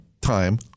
time